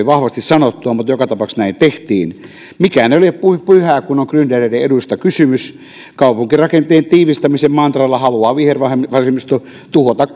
vahvasti sanottua mutta joka tapauksessa näin tehtiin mikään ei ole pyhää kun on gryndereiden eduista kysymys kaupunkirakenteen tiivistämisen mantralla haluaa vihervasemmisto tuhota